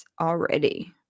already